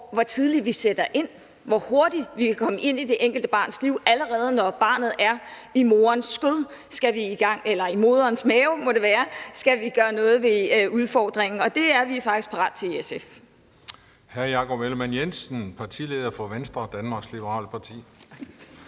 hvor tidligt vi sætter ind, og hvor hurtigt vi kan komme ind i det enkelte barns liv. Allerede når barnet er i moderens skød eller i moderens mave, må det være, skal vi gøre noget ved udfordringen, og det er vi faktisk parat til i SF.